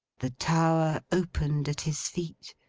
the tower opened at his feet.